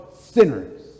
sinners